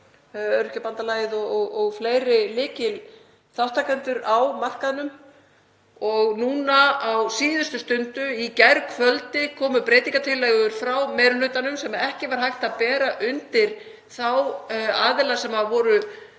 Öryrkjabandalagið og fleiri lykilþátttakendur á markaðnum, og núna á síðustu stundu í gærkvöldi komu breytingartillögur frá meiri hlutanum sem ekki var hægt að bera undir þá aðila sem voru